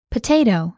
Potato